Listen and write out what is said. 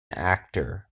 actor